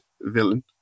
villain